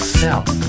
self